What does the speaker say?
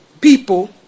people